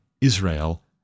Israel